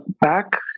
back